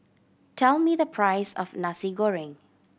tell me the price of Nasi Goreng